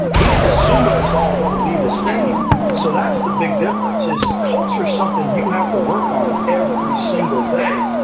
he didn't assume it was all going to be the same so, that's the big difference is culture is something you have to work on every single day,